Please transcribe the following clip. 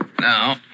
Now